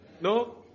no